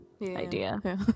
idea